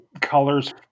colors